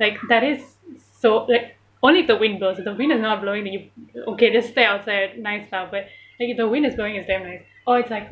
like that is so like only if the wind blows if the wind is not blowing then you okay just stay outside nice lah but if the wind is blowing it's damn nice or it's like